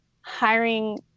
hiring